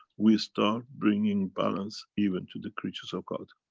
we start bringing balance even to the creatures of god.